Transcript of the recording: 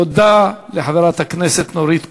תודה לחברת הכנסת נורית קורן.